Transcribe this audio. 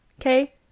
Okay